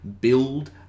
build